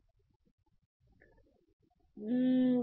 এখন আপনি boundary condition এক প্রয়োগ করুন যেমন yy